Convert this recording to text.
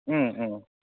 Om Om